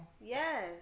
Yes